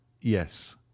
Yes